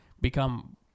become